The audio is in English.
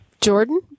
Jordan